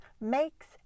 makes